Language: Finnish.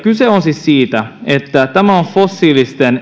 kyse on siis siitä että tämä on fossiilisten